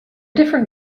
different